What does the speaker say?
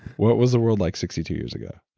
what was the world like sixty two years ago?